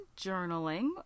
journaling